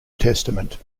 testament